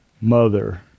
mother